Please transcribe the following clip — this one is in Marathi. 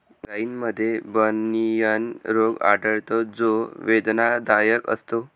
गायींमध्ये बनियन रोग आढळतो जो वेदनादायक असतो